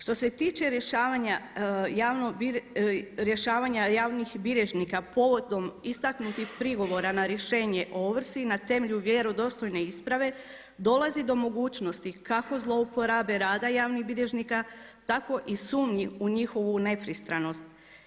Što se tiče rješavanja javnih bilježnika povodom istaknutih prigovora na rješenje o ovrsi na temelju vjerodostojne isprave dolazi do mogućnosti kako zlouporabe rada javnih bilježnika tako i sumnji u njihovu nepristranost.